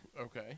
Okay